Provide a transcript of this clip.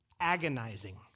agonizing